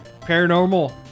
Paranormal